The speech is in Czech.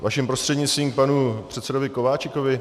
Vaším prostřednictvím k panu předsedovi Kováčikovi.